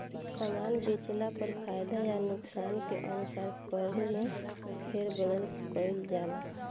सामान बेचला पर फायदा आ नुकसान के अनुसार कर में फेरबदल कईल जाला